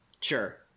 Sure